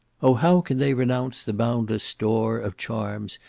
oh! how can they renounce the boundless store of charms,